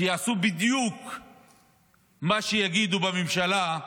שיעשו בדיוק מה שיגידו בממשלה,